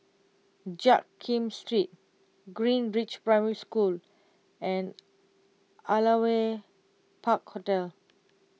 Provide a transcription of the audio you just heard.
Jiak Kim Street Greenridge Primary School and Aliwal Park Hotel